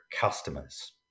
customers